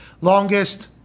Longest